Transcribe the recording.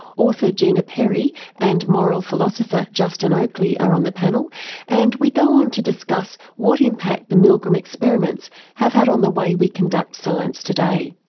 author gina perry and moral philosopher justin oakley are on the panel and we go on to discuss what impact the milgram experiments have had on the way we conduct science today.